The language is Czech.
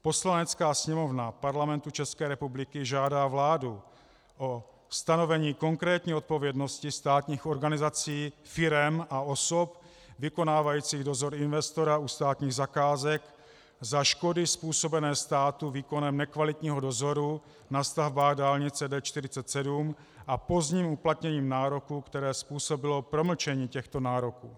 Poslanecká sněmovna Parlamentu České republiky žádá vládu o stanovení konkrétní odpovědnosti státních organizací, firem a osob vykonávajících dozor investora u státních zakázek za škody způsobené státu výkonem nekvalitního dozoru na stavbách dálnice D47 a pozdním uplatněním nároku, které způsobilo promlčení těchto nároků.